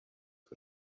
for